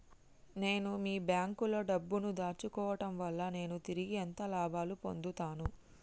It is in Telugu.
నేను మీ బ్యాంకులో డబ్బు ను దాచుకోవటం వల్ల నేను తిరిగి ఎంత లాభాలు పొందుతాను?